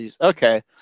Okay